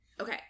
Okay